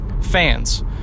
fans